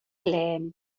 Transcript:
lehen